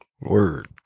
Word